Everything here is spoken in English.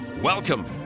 Welcome